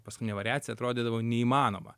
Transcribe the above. paskutinė variacija atrodydavo neįmanoma